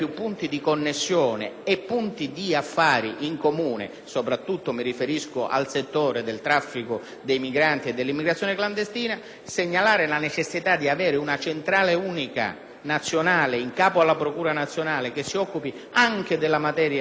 in comune; mi riferisco soprattutto al traffico degli immigranti e all'immigrazione clandestina. Segnalare la necessità di avere una centrale unica, in capo alla Procura nazionale, che si occupi anche della materia della prevenzione, della conoscenza e del contrasto al terrorismo è il senso della